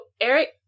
Eric